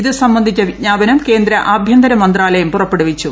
ഇതുസംബന്ധിച്ച വിജ്ഞാപനം കേന്ദ്ര ആഭ്യന്തര മന്ത്രാലയം പുറപ്പെടുവിച്ചു